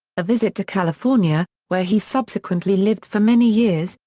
a visit to california, where he subsequently lived for many years,